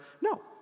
No